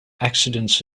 accidents